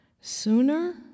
sooner